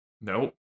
Nope